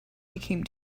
became